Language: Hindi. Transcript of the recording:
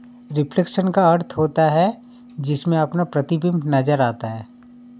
रिफ्लेक्शन का अर्थ होता है जिसमें अपना प्रतिबिंब नजर आता है